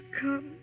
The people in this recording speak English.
come